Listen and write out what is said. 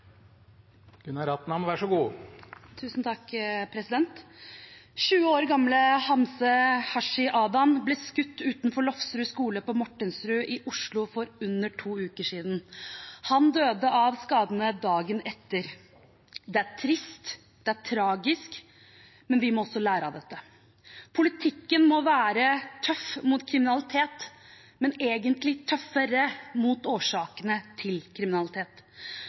20 år gamle Hamse Hashi Adan ble skutt utenfor Lofsrud skole på Mortensrud i Oslo for under to uker siden. Han døde av skadene dagen etter. Det er trist, det er tragisk, men vi må også lære av dette. Politikken må være tøff mot kriminalitet, men egentlig tøffere mot årsakene til kriminalitet.